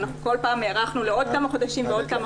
אנחנו כל פעם הארכנו לעוד כמה חודשים ועוד כמה